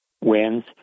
wins